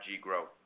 growth